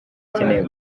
akeneye